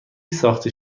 ساخته